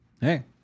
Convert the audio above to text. Hey